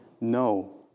no